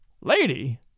Lady